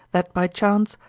that by chance,